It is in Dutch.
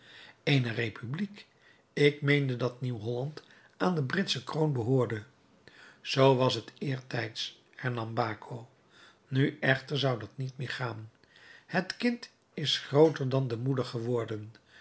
eene republiek ik meende dat nieuw-holland aan de britsche kroon behoorde zoo was het eertijds hernam baco nu echter zoude dat niet meer gaan het kind is grooter dan de moeder geworden